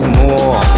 more